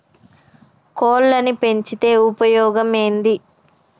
కోళ్లని పెంచితే ఉపయోగం ఏంది?